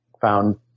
found